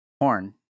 horn